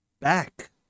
back